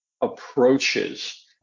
approaches